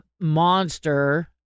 monster